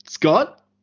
Scott